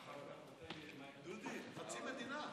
בבקשה.